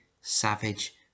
savage